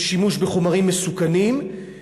בשימוש בחומרים מסוכנים,